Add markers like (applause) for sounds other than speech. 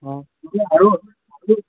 অ (unintelligible)